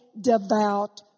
devout